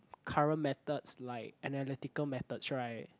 current methods like analytical methods right